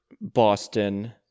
Boston